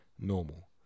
normal